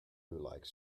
like